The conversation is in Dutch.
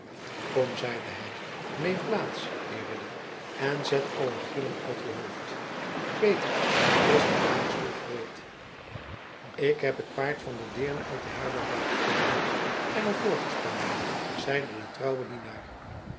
kom zeide hij neem plaats heer ridder en zet alle grillen uit uw hoofd peter is de draagstoel gereed ik heb het paard van de deerne uit de herberg laten komen en er voorgespannen zeide de